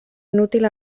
inútil